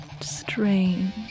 Strange